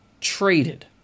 traded